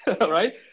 right